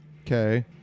Okay